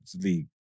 League